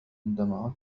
عندما